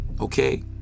Okay